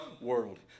world